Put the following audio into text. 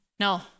No